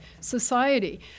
society